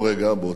באותה עת,